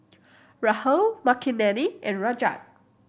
Rahul Makineni and Rajat